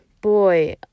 boy